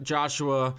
Joshua